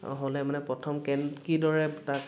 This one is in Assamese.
হ'লে মানে প্ৰথম কেন কিদৰে তাক